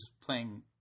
playing –